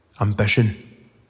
Ambition